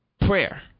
prayer